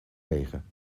regen